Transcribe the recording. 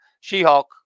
she-hulk